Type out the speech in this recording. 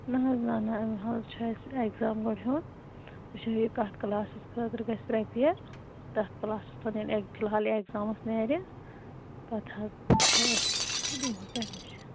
نہ حظ نہ نہ حال چھُ أس ایٚکزام گۄڈٕ ہِیٚوٚان وٕچھو یہِ کَتھ کٕلاسَس خٲطرٕ گَژھِ پرٛیپیٚر تَتھ کٕلاسَس فِلحال ییٚلہِ ایکزامَس نیٚرِ پتہٕ حٲز وٕچھو أسۍ تہِ دِم ہوٚس ایٚڈمِشٮ۪ن